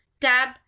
tab